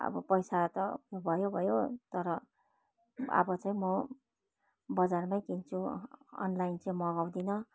आबो पैसा त भयो भयो तर अब चाहिँ म बजारमै किन्छु अनलाइन चाहिँ मगाउँदिनँ